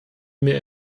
mehr